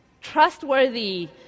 trustworthy